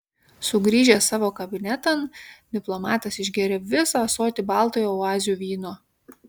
sugrįžęs savo kabinetan diplomatas išgėrė visą ąsotį baltojo oazių vyno